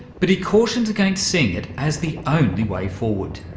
but he cautions against seeing it as the only way forward.